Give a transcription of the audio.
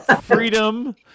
freedom